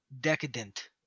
decadent